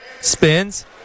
spins